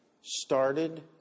started